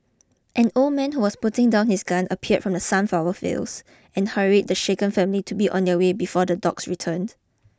an old man who was putting down his gun appeared from the sunflower fields and hurried the shaken family to be on their way before the dogs returned